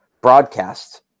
broadcast